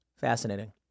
Fascinating